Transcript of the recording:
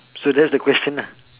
so that's the question lah